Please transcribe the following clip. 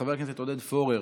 חבר הכנסת עודד פורר,